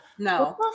no